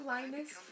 Linus